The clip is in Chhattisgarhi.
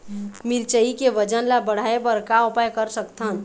मिरचई के वजन ला बढ़ाएं बर का उपाय कर सकथन?